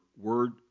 word